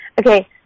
Okay